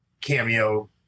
cameo